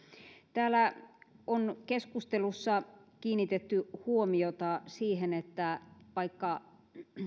täällä on keskustelussa kiinnitetty huomiota siihen että vaikka